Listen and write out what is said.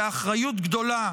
ואחריות גדולה,